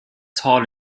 tall